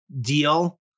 deal